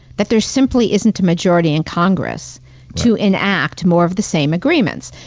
that there simply isn't a majority in congress to enact more of the same agreements.